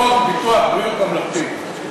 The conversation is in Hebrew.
חוק ביטוח בריאות ממלכתי.